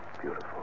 Beautiful